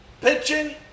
pitching